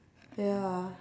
ya